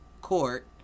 court